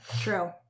True